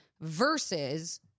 versus